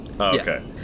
Okay